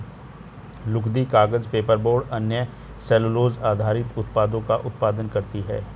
लुगदी, कागज, पेपरबोर्ड और अन्य सेलूलोज़ आधारित उत्पादों का उत्पादन करती हैं